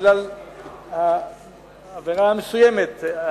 בגלל העבירה המסוימת,